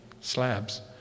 slabs